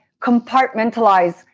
compartmentalize